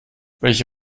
welche